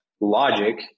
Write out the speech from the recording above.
logic